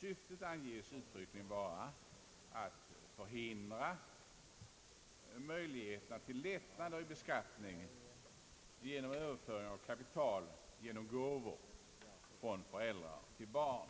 Syftet anges uttryckligen vara att förhindra möjligheterna till lättnader i beskattningen genom överföring av kapital i form av gåvor från föräldrar till barn.